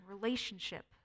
relationship